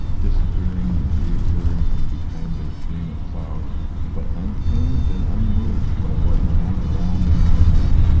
disappearing and reappearing from behind their screen of cloud but unchanged and unmoved by what went on around and among them,